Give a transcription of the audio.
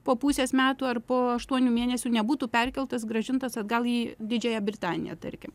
po pusės metų ar po aštuonių mėnesių nebūtų perkeltas grąžintas atgal į didžiąją britaniją tarkim